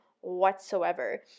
whatsoever